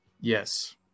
Yes